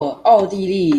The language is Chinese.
奥地利